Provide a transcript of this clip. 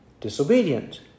disobedient